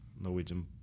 Norwegian